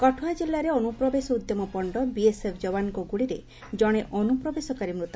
କଠୁଆ କିଲ୍ଲାରେ ଅନୁପ୍ରବେଶ ଉଦ୍ୟମ ପଶ୍ଚ ବିଏସ୍ଏଫ୍ ଯବାନଙ୍କ ଗୁଳିରେ ଜଣେ ଅନୁପ୍ରବେଶକାରୀ ମୃତ